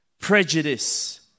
prejudice